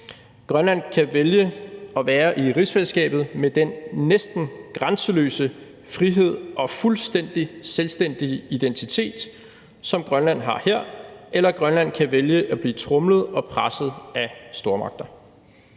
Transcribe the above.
Grønland kan vælge at være i rigsfællesskabet med den næsten grænseløse frihed og fuldstændig selvstændige identitet, som Grønland har her, eller Grønland kan vælge at blive tromlet og presset af stormagter.